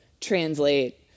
translate